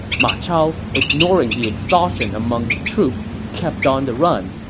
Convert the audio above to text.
ma chao, ignoring the exhaustion among his troops, kept on the run.